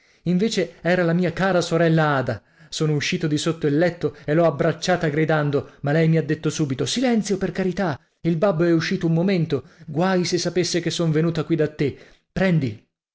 invece era la mia cara sorella ada sono uscito di sotto il letto e l'ho abbracciata gridando ma lei mi ha detto subito silenzio per carità il babbo è uscito un momento guai se sapesse che son venuta qui da te prendi